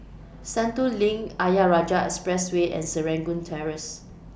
Sentul LINK Ayer Rajah Expressway and Serangoon Terrace